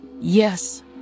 Yes